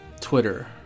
Twitter